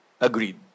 agreed